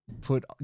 put